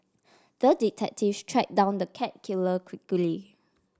the detective tracked down the cat killer quickly